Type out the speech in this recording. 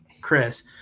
Chris